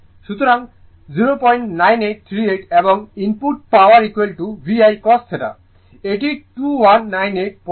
সুতরাং 09838 এবং input power VI cos theta এটি 2198793 ওয়াট